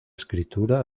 escritura